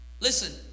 Listen